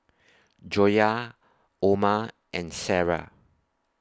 Joyah Omar and Sarah